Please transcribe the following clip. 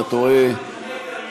אתה טועה.